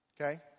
Okay